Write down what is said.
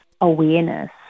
awareness